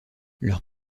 leur